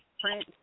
print